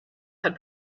had